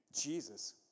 Jesus